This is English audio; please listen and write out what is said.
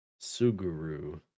Suguru